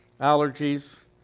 allergies